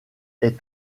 est